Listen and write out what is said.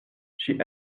she